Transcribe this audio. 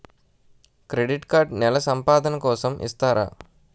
Credit card నెల సంపాదన కోసం ఇస్తారా?